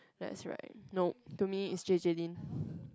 that's right nope to me is J J Lin